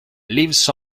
lives